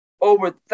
over